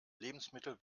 lebensmittel